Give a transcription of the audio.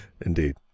indeed